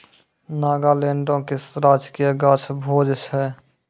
नागालैंडो के राजकीय गाछ भोज छै